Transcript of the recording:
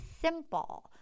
simple